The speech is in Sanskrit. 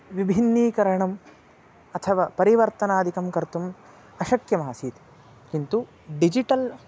विभिन्नीकरणम् अथवा परिवर्तनादिकं कर्तुम् अशक्यमासीत् किन्तु डिजिटल्